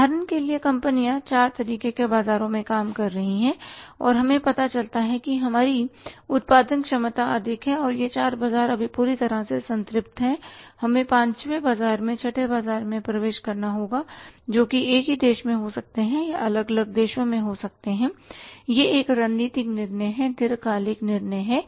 उदाहरण के लिए कंपनियां 4 तरीके के बाजारों में काम करती हैं और हमें पता चलता है कि हमारी उत्पादन क्षमता अधिक है और यह चार बाजार अभी पूरी तरह से संतृप्त हैं हमें पांचवें बाजार में छठे बाजार में प्रवेश करना होगा जोकि एक ही देश में हो सकता है या अलग अलग देशों में हो सकता हैयह एक रणनीतिक निर्णय दीर्घकालिक निर्णय है